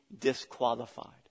disqualified